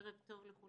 ערב טוב לכולם.